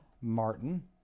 martin